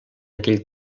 aquell